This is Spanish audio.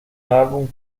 álbum